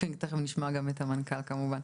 כן, תכף נשמע גם את המנכ"ל כמובן.